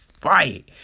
fight